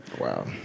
Wow